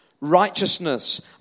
righteousness